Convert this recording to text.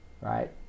right